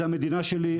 זאת המדינה שלי.